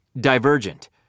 Divergent